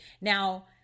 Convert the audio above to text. Now